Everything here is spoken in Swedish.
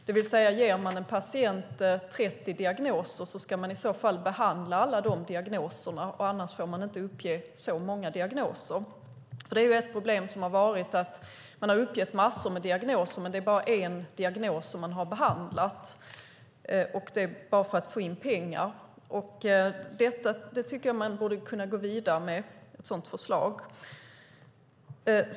Det vill säga, ger man en patient 30 diagnoser ska man i så fall behandla alla dessa diagnoser, annars får man inte uppge så många diagnoser. Det har varit ett problem att man har uppgett massor av diagnoser för att få in pengar men sedan bara behandlat en diagnos. Jag tycker att man borde kunna gå vidare med ett sådant förslag.